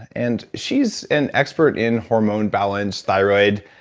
and she's an expert in hormone balance, thyroid,